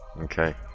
Okay